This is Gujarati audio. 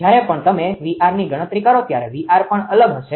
જયારે પણ તમે 𝑉𝑅ની ગણતરી કરો ત્યારે 𝑉R′ પણ અલગ હશે